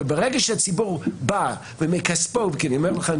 וברגע שהציבור מכספו כי אני אומר לכם,